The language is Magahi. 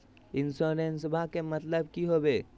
इंसोरेंसेबा के मतलब की होवे है?